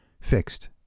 fixed